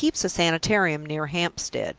he keeps a sanitarium near hampstead.